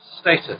status